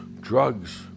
drugs